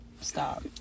stop